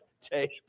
Tape